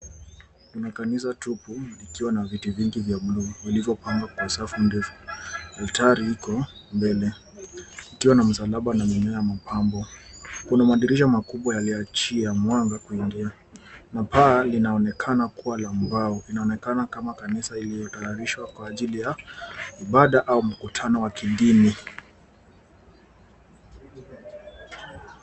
Kuna kanisa tupu, likiwa na viti vingi vya bluu, vilivyopangwa kwa safu ndefu. Oftari ipo mbele, ikiwa na msalaba na mimea ya mapambo. Kuna madirisha makubwa yanaliyoachia mwanga kuingia na paa linaonekana kuwa la mbao. Inaonekana kama kanisa iliyotayarishwa kwa ajili ya ibada au mkutano wa kidini.